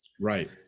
Right